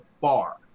bar